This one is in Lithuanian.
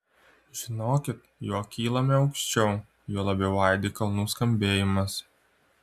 žinokit juo kylame aukščiau juo labiau aidi kalnų skambėjimas